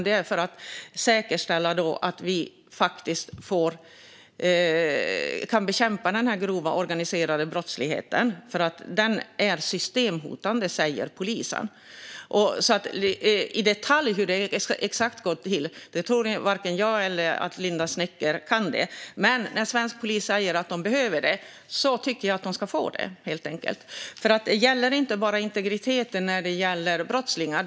Det är för att säkerställa att vi faktiskt kan bekämpa den grova organiserade brottsligheten. Den är systemhotande, säger polisen. Exakt hur det i detalj ska gå till tror jag inte att vare sig jag eller Linda Snecker vet. Men när svensk polis säger att de behöver detta tycker jag att de ska få det, helt enkelt. Det handlar nämligen inte om integriteten bara för brottslingar.